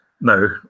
no